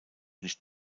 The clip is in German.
nicht